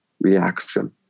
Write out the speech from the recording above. reaction